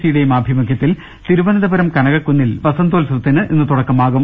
സിയുടേയും ആഭിമുഖൃത്തിൽ തിരുവനന്തപുരം കനകക്കുന്നിൽ വസന്തോൽസവത്തിന് ഇന്ന് തുടക്കമാകും